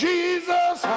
Jesus